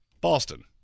boston